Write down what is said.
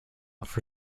for